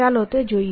ચાલો તે જોઈએ